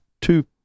two